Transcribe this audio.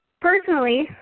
personally